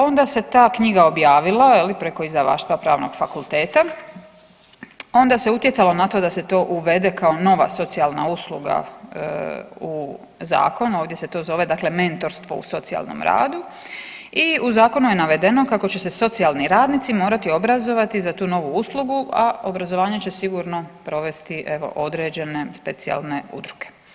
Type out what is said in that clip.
Onda se ta knjiga objavila je li preko izdavaštva pravnog fakulteta, onda se utjecalo na to da se to uvede kao nova socijalna usluga u zakon, ovdje se to zove dakle mentorstvo u socijalnom radu i u zakonu je navedeno kako će se socijalni radnici morati obrazovati za tu novu uslugu, a obrazovanje će sigurno provesti evo određene specijalne udruge.